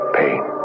pain